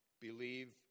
Believe